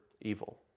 evil